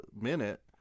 minute